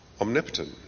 omnipotent